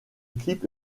clip